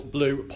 Blue